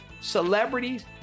celebrities